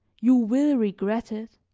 you will regret it,